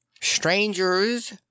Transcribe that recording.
strangers